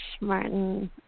Martin